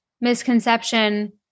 misconception